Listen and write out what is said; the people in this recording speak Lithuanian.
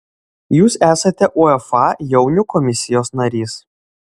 jūs esate uefa jaunių komisijos narys